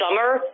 summer